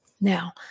Now